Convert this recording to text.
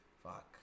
Fuck